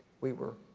we were